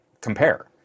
compare